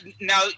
Now